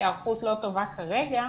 היערכות לא טובה כרגע,